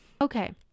Okay